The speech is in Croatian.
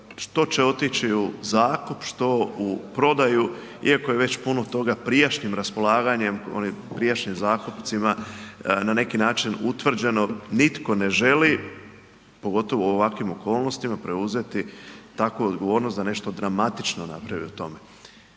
što će otići u zakup, što u prodaju iako je već puno toga prijašnjim raspolaganjem onim prijašnjim zakupcima na neki način utvrđeno nitko ne želi, pogotovo u ovakvim okolnostima preuzeti takvu odgovornost da nešto dramatično napravi u tome.